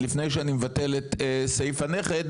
לפני שאני מבטל את סעיף הנכד,